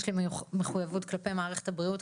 יש לי מחויבות כלפי מערכת הבריאות,